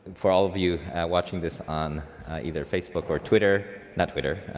for all of you watching this on either facebook or twitter, not twitter,